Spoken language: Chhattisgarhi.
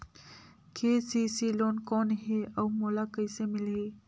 के.सी.सी लोन कौन हे अउ मोला कइसे मिलही?